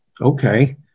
okay